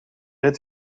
het